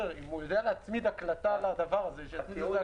אם הוא יודע להצמיד הקלטה לדבר הזה, שיצמיד הקלטה.